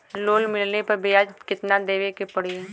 Loan मिलले पर ब्याज कितनादेवे के पड़ी?